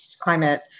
climate